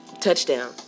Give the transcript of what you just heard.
touchdown